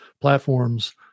platforms